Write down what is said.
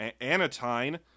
Anatine